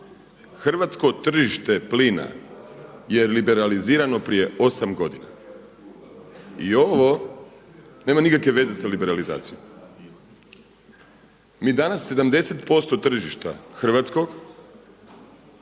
Hrvatsko tržište plina je liberalizirano prije 8 godina. I ovo nema nikakve veze sa liberalizacijom. Mi danas 70% tržišta hrvatskog